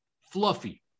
fluffy